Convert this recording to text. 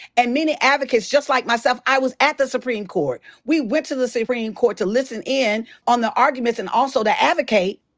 and many advocates just like myself, i was at the supreme court. we went to the supreme court to listen in on the arguments and also to advocate.